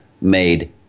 made